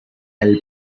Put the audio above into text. help